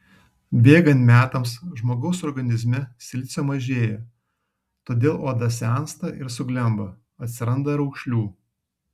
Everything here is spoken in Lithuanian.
bėgant metams žmogaus organizme silicio mažėja todėl oda sensta ir suglemba atsiranda raukšlių